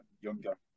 younger